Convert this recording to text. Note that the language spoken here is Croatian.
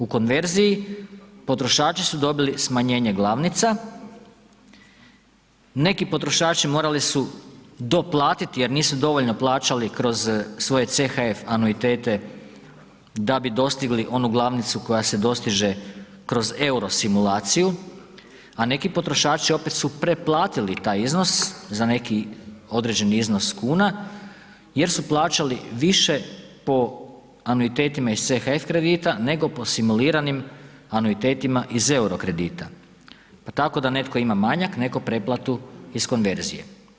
U konverziji potrošači su dobili smanjenje glavnica, neki potrošači morali su doplatiti jer nisu dovoljno plaćali kroz svoje CHF anuitete da bi dostigli onu glavnicu koja se dostiže kroz euro simulaciju, a neki potrošači opet su preplatili taj iznos za neki određeni iznos kuna jer su plaćali više po anuitetima iz CHF kredita, nego po simuliranim anuitetima iz EUR-o kredita, pa tako da netko ima manjak, netko preplatu iz konverzije.